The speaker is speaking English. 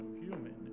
human